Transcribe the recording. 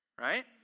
right